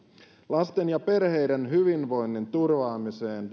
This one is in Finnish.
lasten ja perheiden hyvinvoinnin turvaamiseen